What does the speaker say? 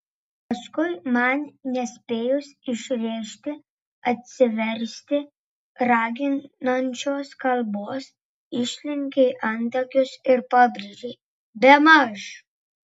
paskui man nespėjus išrėžti atsiversti raginančios kalbos išlenkei antakius ir pabrėžei bemaž